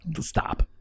stop